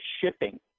shipping